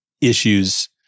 issues